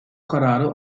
kararı